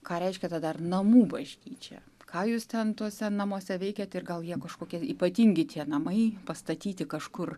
ką reiškia ta dar namų bažnyčia ką jūs ten tuose namuose veikiat ir gal jie kažkokie ypatingi tie namai pastatyti kažkur